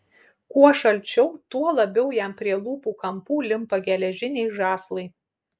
kuo šalčiau tuo labiau jam prie lūpų kampų limpa geležiniai žąslai